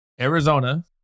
Arizona